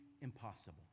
impossible